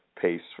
pace